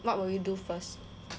what will you do first